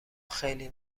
خیلی